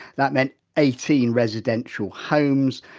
that meant eighteen residential homes,